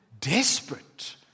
desperate